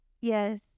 Yes